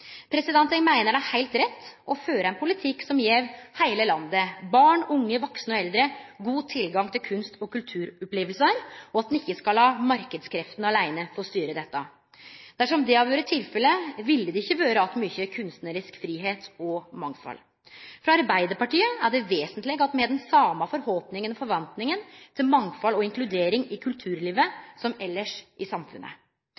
Eg meiner det er heilt rett å føre ein politikk som gjev heile landet – barn, unge, vaksne og eldre – god tilgang til kunst- og kulturopplevingar, og at me ikkje skal la marknadskreftene åleine få styre dette. Dersom det hadde vore tilfellet, ville det ikkje ha vore att mykje kunstnarisk fridom og mangfald. For Arbeidarpartiet er det vesentleg at me har den same forhåpninga og forventninga til mangfald og inkludering i